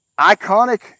iconic